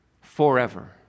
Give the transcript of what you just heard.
forever